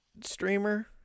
streamer